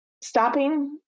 stopping